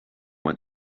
went